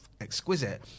exquisite